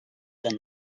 than